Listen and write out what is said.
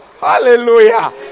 Hallelujah